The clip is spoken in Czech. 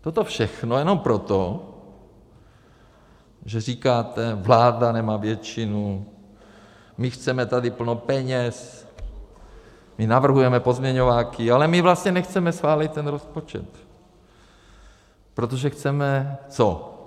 Toto všechno jenom proto, že říkáte: vláda nemá většinu, my chceme tady plno peněz, my navrhujeme pozměňováky, ale my vlastně nechceme schválit ten rozpočet, protože chceme co?